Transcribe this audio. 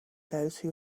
those